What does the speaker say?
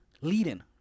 Leading